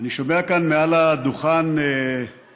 אני שומע כאן מעל הדוכן נאומים,